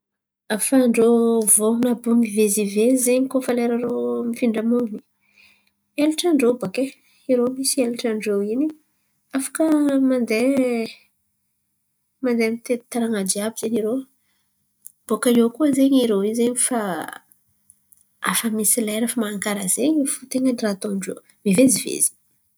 Ahafahan-drô vorono àby io mivezivezy zen̈y koa fa lera rô mifindra monin̈y, elatran-drô bakay! Irô misy elatran-drô in̈y afaka mandeha mandeha mitety tanàn̈a jiàby zen̈y irô. Bòakaio koa irô fa misy lera afa man̈ano karà zen̈y fo raha tain̈a ny raha ataon-drô, mivezivezy.